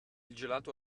gelato